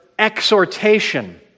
exhortation